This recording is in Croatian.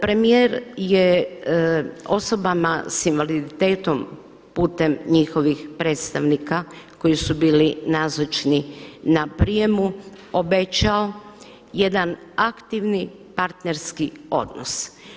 Premijer je osobama sa invaliditetom putem njihovih predstavnika koji su bili nazočni na prijemu obećao jedan aktivni partnerski odnos.